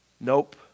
Nope